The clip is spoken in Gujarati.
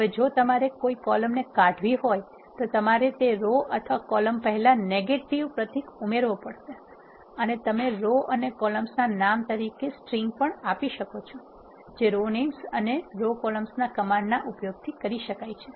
હવે જો તમારે કોઇ કોલમને કાઢવી હોય તો તમારે તે રો અથવા કોલમ પહેલા નેગેટિવ પ્રતીકને ઉમેરવો પડે અને તમે રો અને કોલમ્સ ના નામ તરીકે સ્ટ્રિન્ગ પણ આપી શકો છો જે row names અને row columns કમાન્ડ ના ઉપયોગ થી થઇ શકે છે